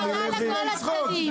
אני פונה לכל הצדדים,